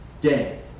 day